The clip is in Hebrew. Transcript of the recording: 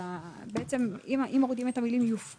אם מורידים את המילה "יופקד"